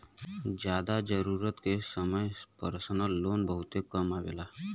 जादा जरूरत के समय परसनल लोन बहुते काम आवेला